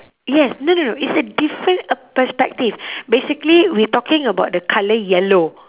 yes no no no it's a different a perspective basically we talking about the colour yellow